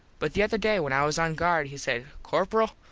but the other day when i was on guard he says, corperal,